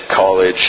college